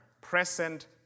present